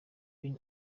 bin